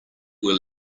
were